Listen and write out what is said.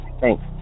Thanks